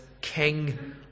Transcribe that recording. king